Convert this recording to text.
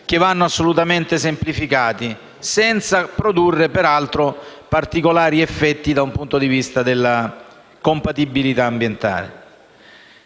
che vanno assolutamente semplificati, senza produrre peraltro particolari effetti da un punto di vista della compatibilità ambientale.